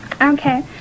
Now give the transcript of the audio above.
Okay